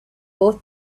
both